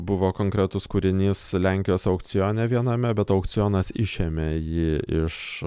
buvo konkretus kūrinys lenkijos aukcione viename bet aukcionas išėmė jį iš